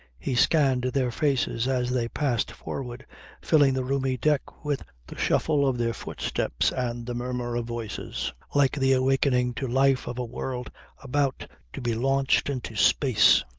he scanned their faces as they passed forward filling the roomy deck with the shuffle of their footsteps and the murmur of voices, like the awakening to life of a world about to be launched into space.